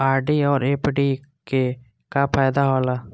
RD और FD के का फायदा हौला?